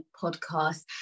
podcast